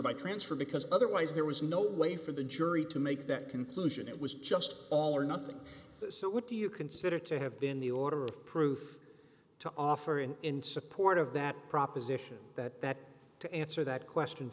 by transfer because otherwise there was no way for the jury to make that conclusion it was just all or nothing so what do you consider to have been the order of proof to offer and in support of that proposition that that to answer that question